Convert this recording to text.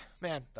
Man